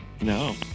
no